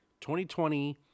2020